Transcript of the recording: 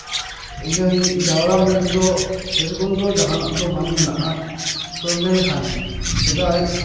ᱤᱧᱟᱹᱜ ᱡᱟᱣᱨᱟ ᱢᱮᱱ ᱛᱮᱫᱚ ᱥᱮᱭ ᱨᱚᱠᱚᱢ ᱫᱚ ᱡᱟᱦᱟᱱᱟᱜ ᱫᱚ ᱵᱟᱝ ᱢᱮᱱᱟᱜᱼᱟ ᱛᱚ ᱢᱮᱱᱠᱷᱟᱱ ᱥᱮᱫᱟᱭ